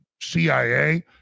CIA